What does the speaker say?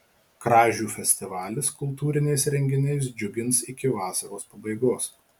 kražių festivalis kultūriniais renginiais džiugins iki vasaros pabaigos